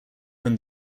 from